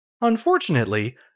Unfortunately